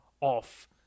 off